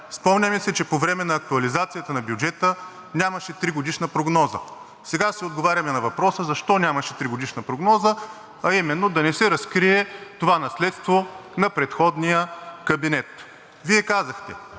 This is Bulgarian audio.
Спомняме си, че по време на актуализацията на бюджета нямаше тригодишна прогноза. Сега си отговаряме на въпроса защо нямаше тригодишна прогноза, а именно да не се разкрие това наследство на предходния кабинет. Вие казахте: